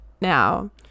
now